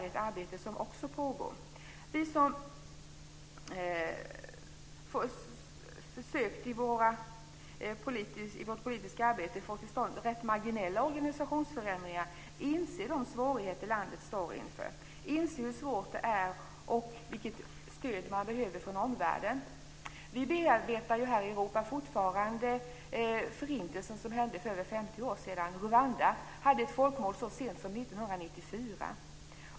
Ett arbete med detta pågår också. Vi som i vårt politiska arbete försökt få till stånd rätt marginella organisationsförändringar inser vilka svårigheter som landet står inför och vilket stöd man där behöver från omvärlden. Vi bearbetar här i Europa fortfarande Förintelsen, som inträffade för över 50 år sedan, medan folkmordet i Rwanda skedde så sent som 1994.